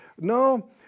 No